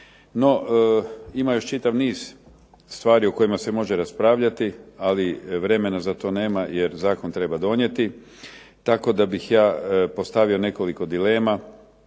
No, ima još čitav niz stvari o kojima se može raspravljati, ali vremena za to nema jer zakon treba donijeti, tako da bih ja postavio nekoliko dilema,